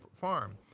farm